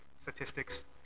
statistics